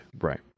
right